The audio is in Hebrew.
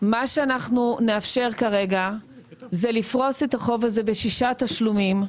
מה שנאפשר כרגע זה לפרוס את החובות האלה בשישה תשלומים.